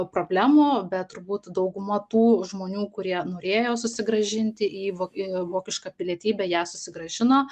problemų bet turbūt dauguma tų žmonių kurie norėjo susigrąžinti į vok vokišką pilietybę ją susigrąžino